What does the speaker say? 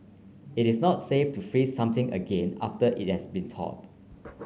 it is not safe to freeze something again after it has been thawed